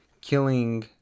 killing